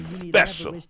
special